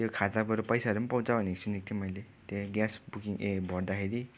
त्यो खाताबाट पैसाहरू पनि पाउँछ भनेको सुनेको थिएँ मैले त्यहाँ ग्यास बुकिङ ए भर्दाखेरि